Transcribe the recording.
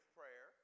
prayer